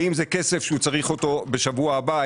האם זה כסף שהוא צריך אותו בשבוע הבא,